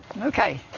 Okay